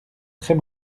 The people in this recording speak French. très